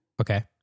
Okay